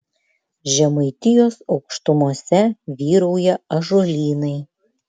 žemaitijos aukštumose vyrauja ąžuolynai